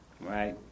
right